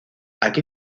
aquí